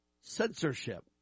censorship